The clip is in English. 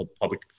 public